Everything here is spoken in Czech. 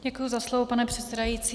Děkuji za slovo, pane předsedající.